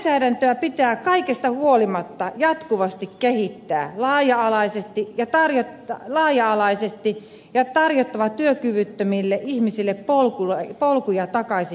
lainsäädäntöä pitää kaikesta huolimatta jatkuvasti kehittää laaja alaisesti ja tarjota työkyvyttömille ihmisille polkuja takaisin työelämään